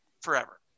forever